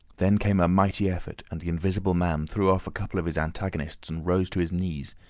then came a mighty effort, and the invisible man threw off a couple of his antagonists and rose to his knees.